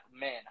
man